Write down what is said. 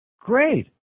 Great